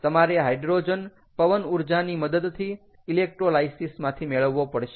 તમારે હાઈડ્રોજન પવન ઊર્જાની મદદથી ઇલેક્ટ્રોલાઇસીસ માંથી મેળવવો પડશે